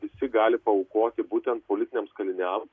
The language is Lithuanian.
visi gali paaukoti būtent politiniams kaliniams